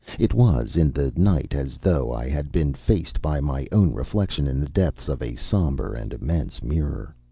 it was, in the night, as though i had been faced by my own reflection in the depths of a somber and immense mirror.